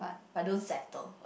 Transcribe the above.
but don't settle